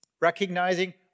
Recognizing